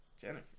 Jennifer